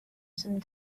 some